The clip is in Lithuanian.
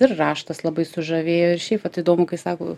ir raštas labai sužavėjo ir šiaip vat įdomu kai sako